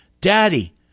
Daddy